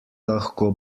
lahko